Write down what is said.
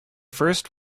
first